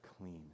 clean